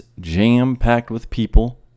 jam-packed-with-people